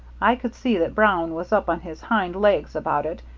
i could see that brown was up on his hind legs about it,